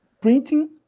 Printing